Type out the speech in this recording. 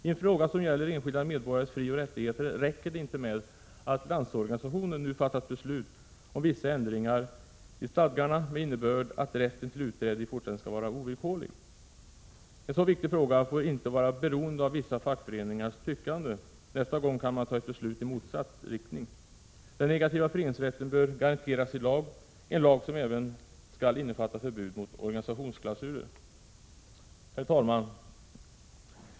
I en fråga som gäller enskilda medborgares frioch rättigheter räcker det inte med att Landsorganisationen nu fattat beslut om vissa ändringar i stadgarna, med innebörd att rätten till utträde i fortsättningen skall vara ovillkorlig. En så viktig fråga får inte vara beroende av vissa fackföreningars tyckande. Nästa gång kan man ta ett beslut i motsatt riktning. Den negativa föreningsrätten bör garanteras i lagen, en lag som även skall innefatta förbud mot organisationsklausuler. Herr talman!